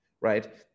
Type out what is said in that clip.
Right